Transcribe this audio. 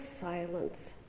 silence